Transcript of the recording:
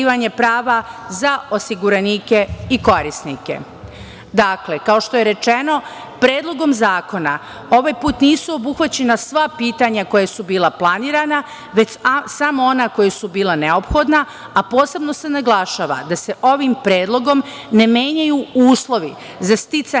kao što je rečeno, Predlogom zakona ovaj put nisu obuhvaćena sva pitanja koja su bila planirana, već samo ona koja su bila neophodna, a posebno se naglašava da se ovim predlogom ne menjaju uslovi za sticanje